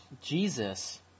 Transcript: Jesus